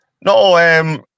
No